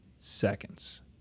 Seconds